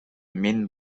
менин